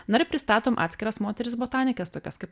na ir pristatom atskiras moteris botanikes tokias kaip